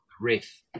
Riff